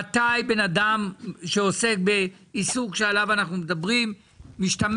מתי בן אדם שעוסק בעיסוק שעליו אנחנו מדברים משתמש